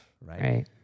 Right